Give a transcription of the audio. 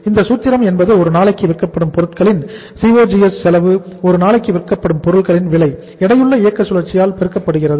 அந்த சூத்திரம் என்பது ஒரு நாளுக்கு விற்கப்படும் பொருட்களின் COGS செலவு ஒரு நாளுக்கு விற்கப்படும் பொருட்களின் விலை எடையுள்ள இயக்க சுழற்சியால் பெருக்கப்படுகிறது